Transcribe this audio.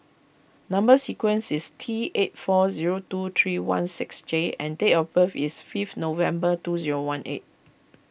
Number Sequence is T eight four zero two three one six J and date of birth is fifth November two zero one eight